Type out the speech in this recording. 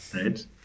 right